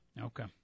Okay